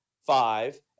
Five